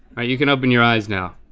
ah you can open your eyes now.